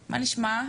מה נשמע?